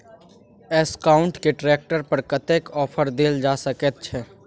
Escort के tractor पर कतेक ऑफर दैल जा सकेत छै?